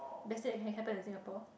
best thing that can happen in Singapore